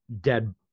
dead